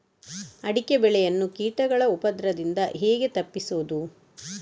ಅಡಿಕೆ ಬೆಳೆಯನ್ನು ಕೀಟಗಳ ಉಪದ್ರದಿಂದ ಹೇಗೆ ತಪ್ಪಿಸೋದು?